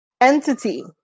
entity